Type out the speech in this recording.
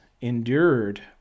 endured